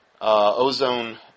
Ozone